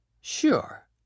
Sure